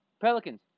Pelicans